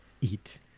eat